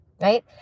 right